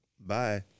Bye